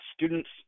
students